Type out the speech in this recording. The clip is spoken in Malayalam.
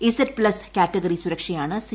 ഇസഡ് പ്ലസ് കാറ്റഗറി സുരക്ഷയാണ് സി